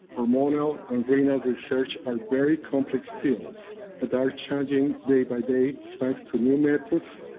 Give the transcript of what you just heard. hormonal, and brinelled research are very complex fields that are changing day by day thanks to new methods,